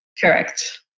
Correct